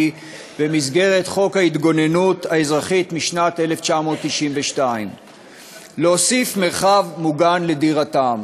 במסגרת חוק ההתגוננות האזרחית משנת 1992 להוסיף מרחב מוגן לדירתם,